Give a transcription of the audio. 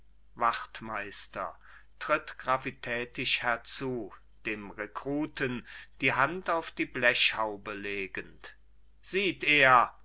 wachtmeister tritt gravitätisch herzu dem rekruten die hand auf die blechhaube legend sieht er